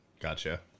gotcha